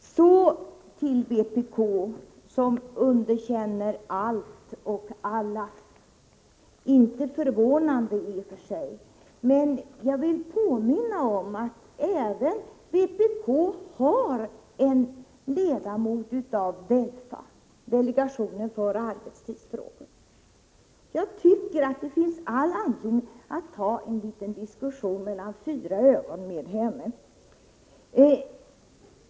Så till vpk som underkänner allt och alla. Det är inte förvånande i och för sig, men jag vill påminna om att även vpk har en ledamot i DELFA, delegationen för arbetstidsfrågor. Jag tycker det finns all anledning att Lars-Ove Hagberg tar en diskussion mellan fyra ögon med henne.